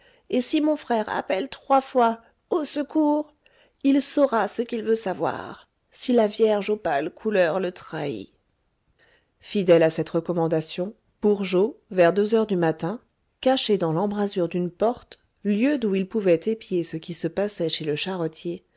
et si mon frère appelle trois fois au secours il saura ce qu'il veut savoir si la vierge aux pâles couleurs le trahit fidèle à cette recommandation bourgeot vers deux heures du matin caché dans l'embrasure d'une porte lieu d'où il pouvait épier ce qui se passait chez le